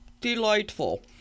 delightful